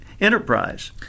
enterprise